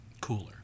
cooler